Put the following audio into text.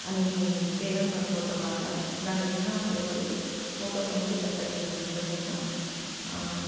అని పేరెంట్స్ అనుకోవటం వల్ల దానిమదా అసలు ఎవరూ ఫోకస్ అనేది పెట్టట్లేదు నించుండైనా